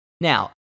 Now